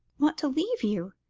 want to leave you?